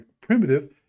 primitive